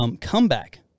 comeback